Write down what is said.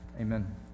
Amen